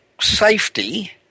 safety